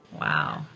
wow